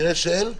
במקרה של-?